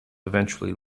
eventually